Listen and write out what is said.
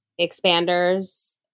expanders